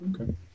Okay